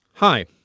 Hi